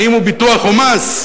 האם הוא ביטוח או מס?